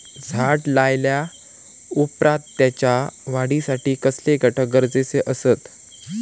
झाड लायल्या ओप्रात त्याच्या वाढीसाठी कसले घटक गरजेचे असत?